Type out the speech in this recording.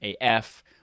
AF